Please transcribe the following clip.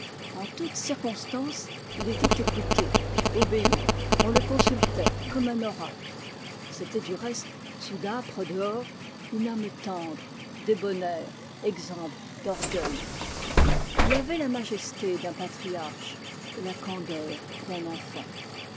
en toute circonstance il était écouté obéi on le consultait comme un oracle c'était du reste sous d'âpres dehors une âme tendre débonnaire exempte d'orgueil il avait la majesté d'un patriarche et la candeur d'un enfant